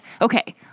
Okay